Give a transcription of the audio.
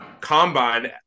combine